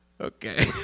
Okay